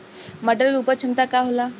मटर के उपज क्षमता का होला?